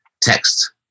text